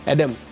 Adam